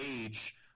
age